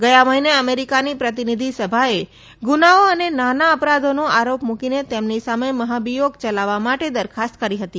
ગયા મહિને અમેરિકાની પ્રતિનિધિ સભાએ ગુનાઓ અને નાના અપરાધોનો આરોપ મૂકીને તેમની સામે મહાભિયોગ ચલાવવા માટે દરખાસ્ત કરી હતી